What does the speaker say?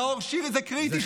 נאור שירי, זה קריטי.